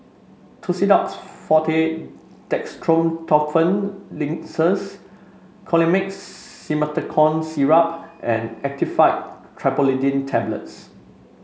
Tussidex Forte Dextromethorphan Linctus Colimix Simethicone Syrup and Actifed Triprolidine Tablets